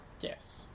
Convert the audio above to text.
Yes